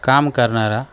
काम करणारा